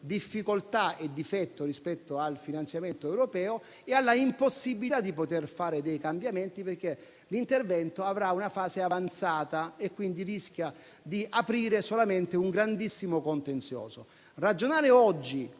difficoltà e in difetto rispetto al finanziamento europeo e all'impossibilità di fare cambiamenti perché l'intervento avrà una fase avanzata e quindi rischierà di aprire un grandissimo contenzioso. Ragionare oggi,